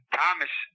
Thomas